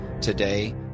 today